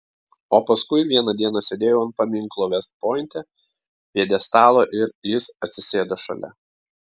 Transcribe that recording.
o paskui vieną dieną sėdėjau ant paminklo vest pointe pjedestalo ir jis atsisėdo šalia